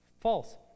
false